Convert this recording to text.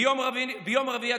ביום רביעי,